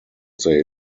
they